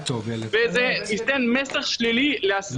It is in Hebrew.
כי זה משהו אחר.